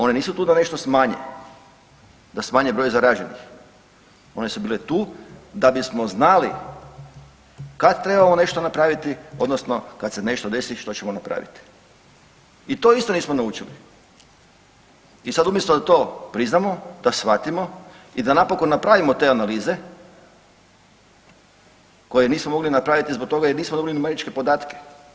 One nisu tu da nešto smanje, da smanje broj zaraženih, one su bile tu da bismo znali kad trebamo nešto napraviti odnosno kad se nešto desi što ćemo napraviti i to isto nismo naučili i sad umjesto da to priznamo, da shvatimo i da napokon napravimo te analize koje nismo mogli napraviti zbog toga jer nismo dobili numeričke podatke.